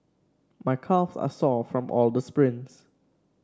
my calves are sore from all the sprints